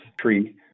tree